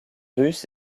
russe